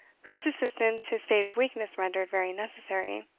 whose assistance his state of weakness rendered very necessary.